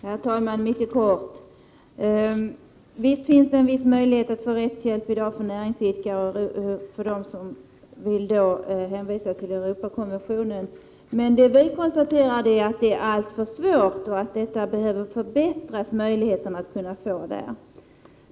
Herr talman! Mycket kort: Det finns i dag en viss möjlighet att få rättshjälp för näringsidkare och för dem som vill hänvisa till Europakonventionen, men vi konstaterar att det är alltför svårt att få den hjälpen och att möjligheterna behöver förbättras.